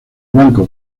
banco